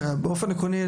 באופן עקרוני,